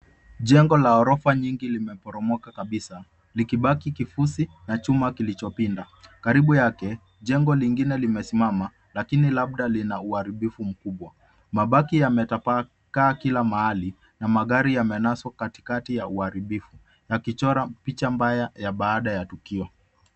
Jengo la orofa nyingi limeporomoka kabisa likibaki kifusi na chuma kilichopinda. Karibu yake jengo lingine limesimama lakini labda lina uharibifu mkubwa mabaki yametapakaa kila mahali na magari yamenaswa katikati ya uharibifu, yakichora picha mbaya baada ya tukio.